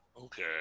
Okay